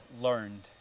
learned